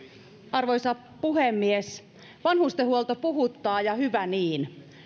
arvoisa puhemies vanhustenhuolto puhuttaa ja hyvä niin